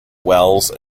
wells